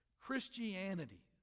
Christianity